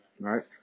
right